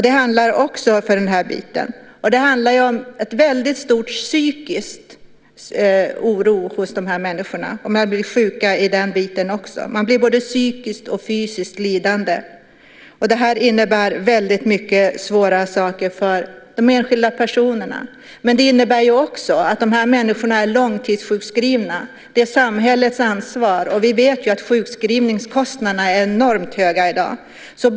Det gäller också i fråga om detta. Det handlar om en väldigt stor psykisk oro hos dessa människor. De blir sjuka av det också. De blir både psykiskt och fysiskt lidande. Och det innebär väldigt mycket svåra saker för de enskilda personerna. Men det innebär också att dessa människor är långtidssjukskrivna. Det är samhällets ansvar. Och vi vet ju att sjukskrivningskostnaderna är enormt höga i dag.